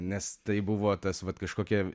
nes tai buvo tas vat kažkokia